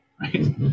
right